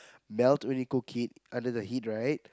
melt when you cook it under the heat right